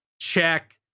Check